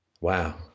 Wow